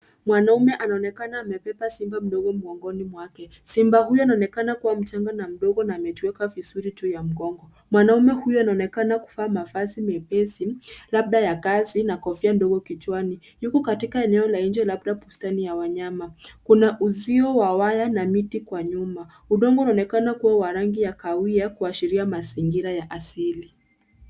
Mwanaume anaonekana amebeba simba mdogo mgongoni mwake. Simba huyo anaonekana kuwa mchanga na mdogo na amejiweka vizuri juu ya mgongo. Mwanaume huyo anaonekana kuvaa mavazi mepesi, labda ya kazi na kofia ndogo kichwani. Yuko katika eneo la nje labda bustani ya wanyama. Kuna uzio wa waya na miti kwa nyuma. Udongo unaonekana kuwa wa rangi ya kahawia, kuashiria mazingira ya asili.